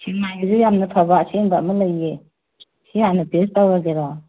ꯁꯦꯛꯃꯥꯏꯒꯤꯁꯨ ꯌꯥꯝꯅ ꯐꯕ ꯑꯁꯦꯡꯕ ꯑꯃ ꯂꯩꯌꯦ ꯁꯤ ꯍꯥꯟꯅ ꯇꯦꯁ ꯇꯧꯔꯒꯦꯔꯣ